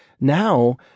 Now